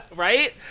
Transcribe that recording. Right